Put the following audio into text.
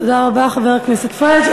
תודה רבה, חבר הכנסת פריג'.